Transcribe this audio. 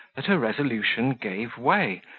that her resolution gave way,